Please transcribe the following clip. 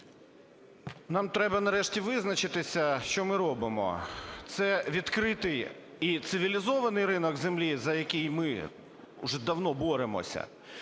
Нам треба нарешті визначитися, що ми робимо. Це відкритий і цивілізований ринок землі, за який ми уже давно боремося,